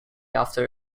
after